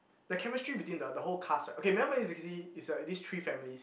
the chemistry between the the whole cast right okay modern family is basically is uh these three families